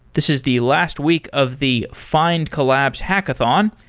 this is the last week of the findcolalbs hackathon.